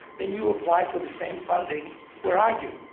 then you apply for the same funding where i do,